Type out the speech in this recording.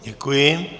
Děkuji.